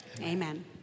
Amen